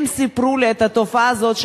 הם סיפרו לי על התופעה הזאת,